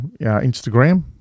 instagram